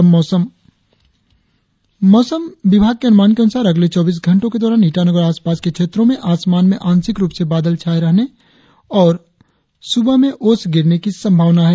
और अब मौसम मौसम विभाग के अनुमान के अनुसार अगले चौबीस घंटो के दौरान ईटानगर और आसपास के क्षेत्रो में आसमान में आंशिक रुप से बादल छाये रहने और सुबह में ओस गिरने की संभावना है